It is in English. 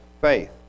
faith